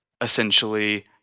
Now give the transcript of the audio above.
essentially